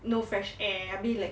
no fresh air I'll be like